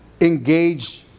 engaged